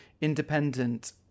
independent